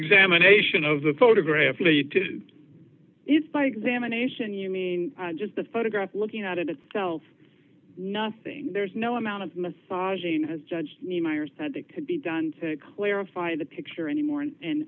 examination of the photograph lead to if by examination you mean just the photograph looking out at itself nothing there's no amount of massaging as judge niemeyer said that could be done to clarify the picture anymore and